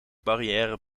barrière